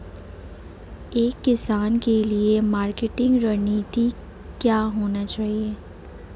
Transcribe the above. एक किसान के लिए मार्केटिंग रणनीति क्या होनी चाहिए?